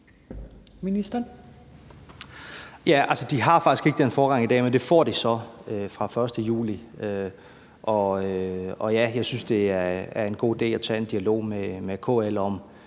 Jørgensen): De har faktisk ikke den forrang i dag, men det får de så fra 1. juli. Og ja, jeg synes, at det er en god idé at tage en dialog med KL om